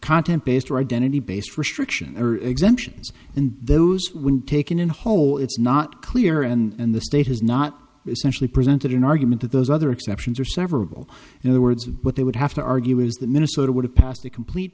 content based or identity based restriction or exemptions and those when taken in whole it's not clear and the state has not essentially presented an argument that those other exceptions are several in other words what they would have to argue is that minnesota would have passed a complete